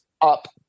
up